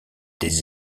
des